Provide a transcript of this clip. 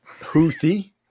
Houthi